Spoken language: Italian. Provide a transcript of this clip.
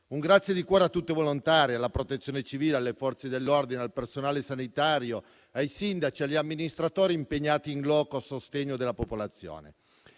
Un grazie di cuore a tutti i volontari, alla Protezione civile, alle Forze dell'ordine, al personale sanitario, ai sindaci, agli amministratori impegnati *in loco* a sostegno della popolazione